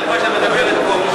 בושה וחרפה שאת מדברת פה,